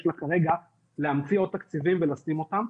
לה כרגע להמציא עוד תקציבים ולשים אותם,